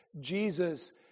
Jesus